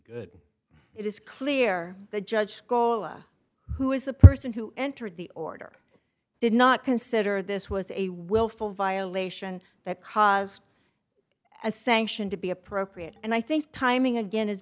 case it is clear the judge goa who is a person who entered the order did not consider this was a willful violation that caused as sanction to be appropriate and i think timing again is